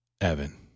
Evan